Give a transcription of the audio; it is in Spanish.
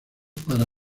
para